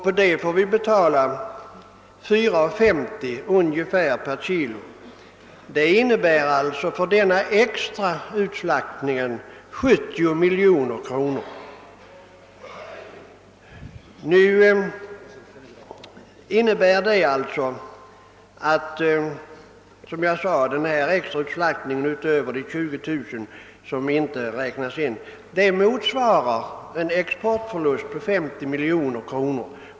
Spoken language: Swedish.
På detta får vi betala ungefär 4:50 per kg. Det innebär alltså för denna extra utslaktning 70 miljoner kronor. Denna extra utslaktning utöver de 20 000 nötkreatur som inte räknas in motsvarar en exportförlust på 50 miljoner kronor.